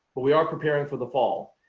but we are preparing for the fall,